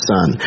Son